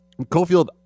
Cofield